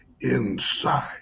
inside